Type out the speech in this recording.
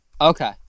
Okay